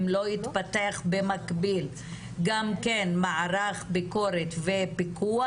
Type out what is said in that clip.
אם לא יתפתח במקביל גם מערך ביקורת ופיקוח,